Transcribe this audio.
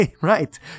Right